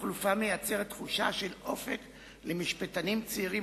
תחלופה מייצרת תחושה של אופק למשפטנים צעירים